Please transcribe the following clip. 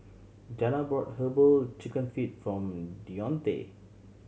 Janna brought Herbal Chicken Feet for Dionte